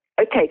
Okay